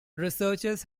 researchers